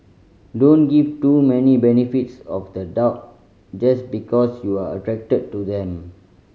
don't give too many benefits of the doubt just because you're attracted to them